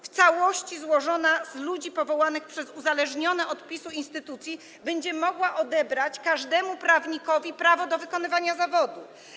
W całości złożona z ludzi powołanych przez uzależnione od PiS instytucje, będzie mogła odebrać każdemu prawnikowi prawo do wykonywania zawodu.